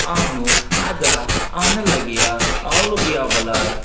آہنہٕ اَدا آہنہٕ لَگیہ ہو لوٚگیہ بلاے